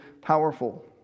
powerful